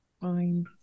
Fine